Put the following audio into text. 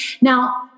Now